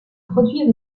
produire